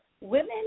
women